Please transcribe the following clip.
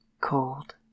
Cold